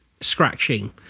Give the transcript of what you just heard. scratching